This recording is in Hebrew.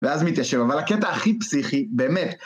ואז מתיישב, אבל הקטע הכי פסיכי, באמת.